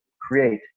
create